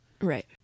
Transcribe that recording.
Right